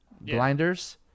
blinders